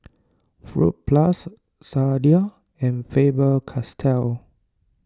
Fruit Plus Sadia and Faber Castell